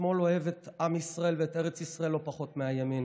השמאל אוהב את עם ישראל ואת ארץ ישראל לא פחות מהימין.